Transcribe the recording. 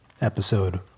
episode